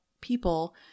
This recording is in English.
people